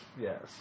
yes